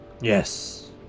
Yes